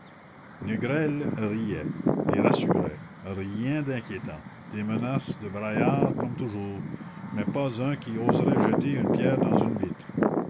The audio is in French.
négrel riait les rassurait rien d'inquiétant des menaces de braillards comme toujours mais pas un qui oserait jeter une pierre dans une vitre